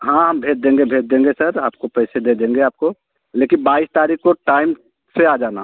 हाँ हम भेज देंगे भेज देंगे सर आपको पैसे दे देंगे आपको लेकिन बाईस तारीख को टाइम से आ जाना